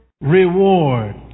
reward